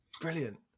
Brilliant